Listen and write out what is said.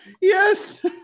Yes